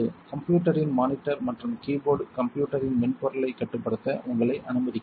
கம்ப்யூட்டரின் monitor மற்றும் keyboard கம்ப்யூட்டரின் மென்பொருளைக் கட்டுப்படுத்த உங்களை அனுமதிக்கிறது